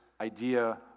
idea